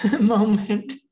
moment